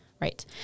Right